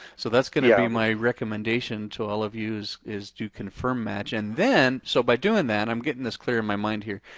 so that's gonna be i mean my recommendation to all of you is to confirm match and then, so by doing that i'm getting this clear in my mind here.